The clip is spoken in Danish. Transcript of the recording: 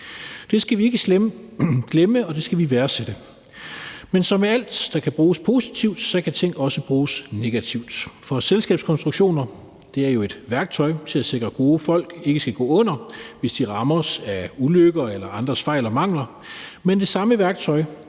Det skal vi ikke glemme, og det skal vi værdsætte. Men som med ting, der kan bruges positivt, kan de også bruges negativt, for selskabskonstruktioner er jo et værktøj til at sikre, at gode folk ikke skal gå under, hvis de rammes af ulykker eller andres fejl og mangler. Men det samme værktøj